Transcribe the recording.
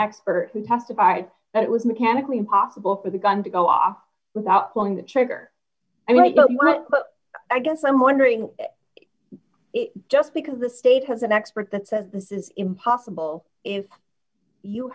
expert who testified that it was mechanically impossible for the gun to go off without pulling the trigger but i guess i'm wondering if just because the state has an expert that says this is impossible if you